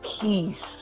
peace